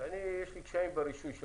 ויש לי קשיים ברישוי,